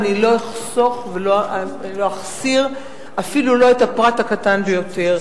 אני לא אחסוך ולא אחסיר אפילו לא את הפרט הקטן ביותר,